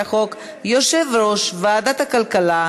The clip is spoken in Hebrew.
נתקבל.